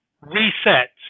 reset